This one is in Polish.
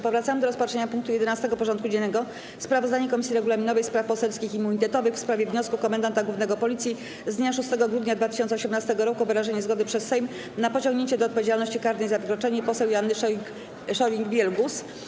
Powracamy do rozpatrzenia punktu 11. porządku dziennego: Sprawozdanie Komisji Regulaminowej, Spraw Poselskich i Immunitetowych w sprawie wniosku Komendanta Głównego Policji z dnia 6 grudnia 2018 r. o wyrażenie zgody przez Sejm na pociągnięcie do odpowiedzialności karnej za wykroczenie poseł Joanny Scheuring-Wielgus.